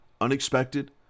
unexpected